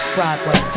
Broadway